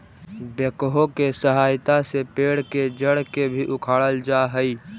backhoe के सहायता से पेड़ के जड़ के भी उखाड़ल जा हई